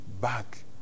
back